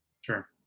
sure